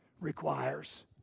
requires